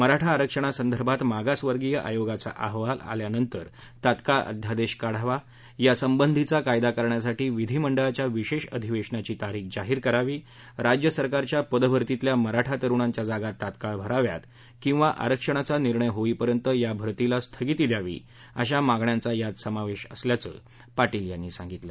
मराठा आरक्षणासंदर्भात मागासवर्गीय आयोगाचा अहवाल आल्यानंतर तत्काळ अध्यादेश काढावा यासंबंधीचा कायदा करण्यासाठी विधीमंडळाच्या विशेष अधिवेशनाची तारीख जाहीर करावी राज्य सरकारच्या पद भरतीतल्या मराठा तरुणांच्या जागा तत्काळ भराव्यात किंवा आरक्षणाचा निर्णय होईपर्यंत या भरतीला स्थगिती द्यावी अशा मागण्यांचा यात समावेश असल्याचं पाटील यांनी सांगितलं